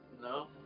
no